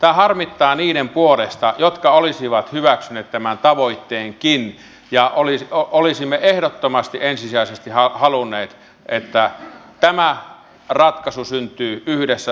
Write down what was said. tämä harmittaa niiden puolesta jotka olisivat hyväksyneet tämän tavoitteenkin ja olisimme ehdottomasti ensisijaisesti halunneet että tämä ratkaisu syntyy yhdessä sopimalla